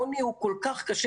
העוני הוא כל כך קשה,